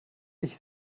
ich